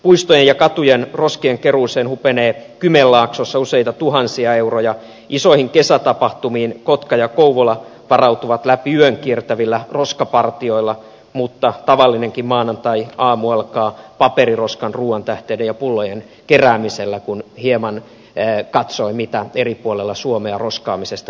puistojen ja katujen ros kien keruuseen hupenee kymenlaaksossa useita tuhansia euroja isoihin kesätapahtumiin kotka ja kouvola varautuvat läpi yön kiertävillä roskapartioilla mutta tavallinenkin maanantaiaamu alkaa paperiroskan ruuantähteiden ja pullojen keräämisellä kun hieman katsoin mitä eri puolilla suomea roskaamisesta kirjoitetaan